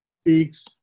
speaks